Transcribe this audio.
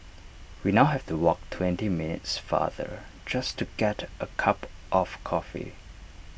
we now have to walk twenty minutes farther just to get A cup of coffee